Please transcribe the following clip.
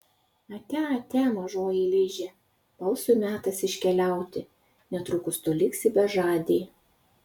atia atia mažoji liže balsui metas iškeliauti netrukus tu liksi bežadė